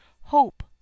hope